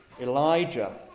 Elijah